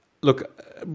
Look